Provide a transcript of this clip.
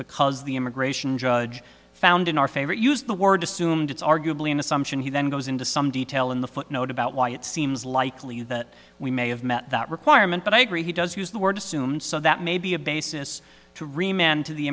because the immigration judge found in our favor use the word assumed it's arguably an assumption he then goes into some detail in the footnote about why it seems likely that we may have met that requirement but i agree he does use the word assume so that may be a basis to